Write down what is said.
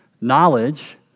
knowledge